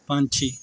ਪੰਛੀ